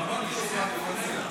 ועדת הכנסת מחליטה.